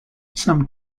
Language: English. some